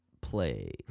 play